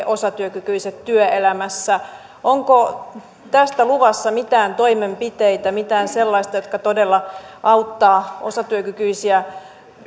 osatyökykyiset työelämässä onko tästä luvassa mitään toimenpiteitä mitään sellaista joka todella auttaa osatyökykyisiä